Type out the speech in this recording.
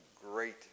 great